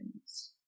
things